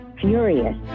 furious